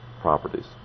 properties